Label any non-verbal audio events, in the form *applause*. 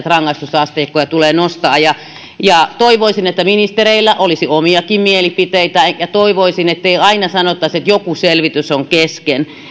*unintelligible* rangaistusasteikkoja tulee nostaa toivoisin että ministereillä olisi omiakin mielipiteitä ja toivoisin ettei aina sanottaisi että joku selvitys on kesken